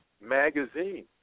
Magazine